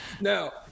Now